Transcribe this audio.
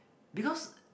because